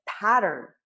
pattern